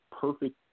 perfect